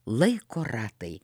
laiko ratai